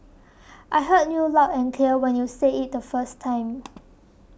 I heard you loud and clear when you said it the first time